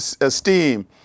esteem